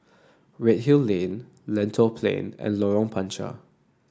Redhill Lane Lentor Plain and Lorong Panchar